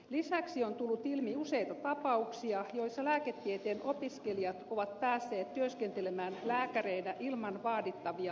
lisäksi on tullut ilmi useita tapauksia joissa lääketieteen opiskelijat ovat päässeet työskentelemään lääkäreinä ilman vaadittavia opintosuorituksia